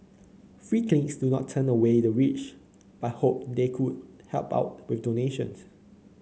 free clinics do not turn away the rich but hope they would help out with donations